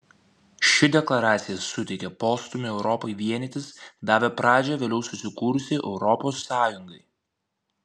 ši deklaracija suteikė postūmį europai vienytis davė pradžią vėliau susikūrusiai europos sąjungai